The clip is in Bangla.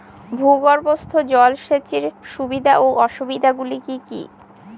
ভূগর্ভস্থ জল সেচের সুবিধা ও অসুবিধা গুলি কি কি?